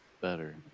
better